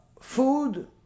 food